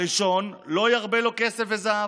הראשון: לא ירבה לו כסף וזהב.